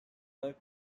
were